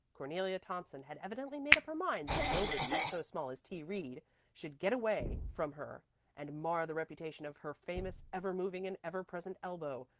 cornelia thompson had evidently made up her mind that nobody so small as t. reed should get away from her and mar the reputation of her famous ever moving and ever present elbow.